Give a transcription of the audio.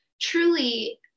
truly